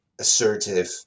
assertive